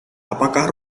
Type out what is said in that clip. apakah